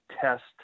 test